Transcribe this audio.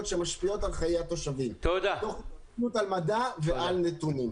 שמשפיעות על חיי התושבים תוך התבססות על מדע ועל נתונים.